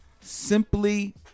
Simply